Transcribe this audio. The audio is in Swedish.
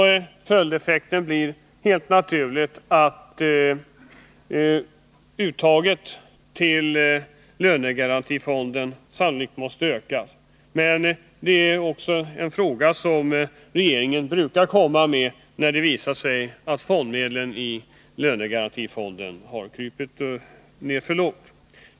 Följdeffekten blir helt naturligt att uttaget till lönegarantifonden sannolikt måste ökas. Men det är en fråga som regeringen brukar ta upp, när det visar sig att medlen i lönegarantifonden ligger på en alltför låg nivå. Herr talman!